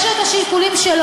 יש לו את השיקולים שלו.